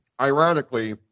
Ironically